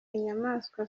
inyamaswa